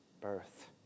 birth